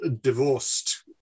divorced